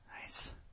Nice